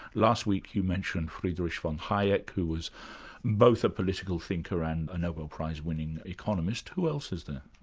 last week you mentioned friedrich von hayek, who was both a political thinker and a nobel prize winning economist. who else is there?